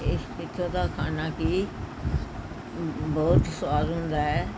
ਇਹ ਇੱਥੋਂ ਦਾ ਖਾਣਾ ਕੀ ਬਹੁਤ ਸੁਆਦ ਹੁੰਦਾ ਹੈ